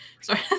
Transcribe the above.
Sorry